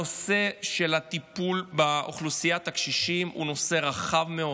הנושא של הטיפול באוכלוסיית הקשישים הוא נושא רחב מאוד.